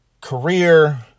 career